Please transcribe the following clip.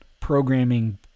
Programming